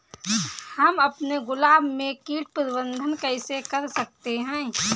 हम अपने गुलाब में कीट प्रबंधन कैसे कर सकते है?